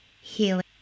healing